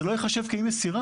זה לא ייחשב כאי מסירה.